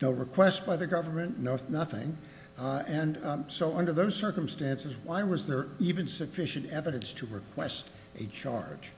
no request by the government no with nothing and so under those circumstances why was there even sufficient evidence to request a charge